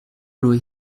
loué